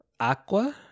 Aqua